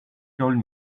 told